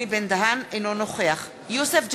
אינו נוכח יוסף ג'בארין,